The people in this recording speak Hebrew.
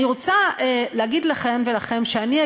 אני רוצה להגיד לכם ולכן,